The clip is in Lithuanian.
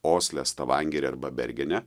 osle stavangeryje arba bergene